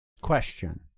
Question